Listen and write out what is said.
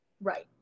Right